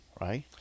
right